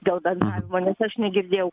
dėl bendravimo nes aš negirdėjau